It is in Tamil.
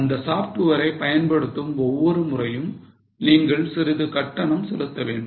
அந்த சாப்ட்வேரை பயன்படுத்தும் ஒவ்வொரு முறையும் நீங்கள் சிறிது கட்டணம் செலுத்த வேண்டும்